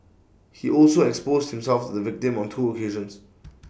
he also exposed himself to the victim on two occasions